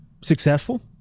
successful